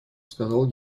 сказал